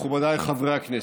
מכובדיי חברי הכנסת,